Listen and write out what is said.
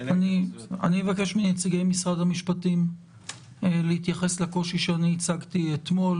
אני מבקש מנציגי משרד המשפטים להתייחס לקושי שאני הצגתי אתמול,